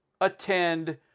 attend